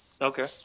Okay